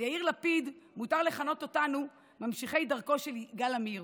ליאיר לפיד מותר לכנות אותנו ממשיכי דרכו של יגאל עמיר,